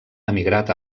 emigrat